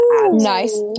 nice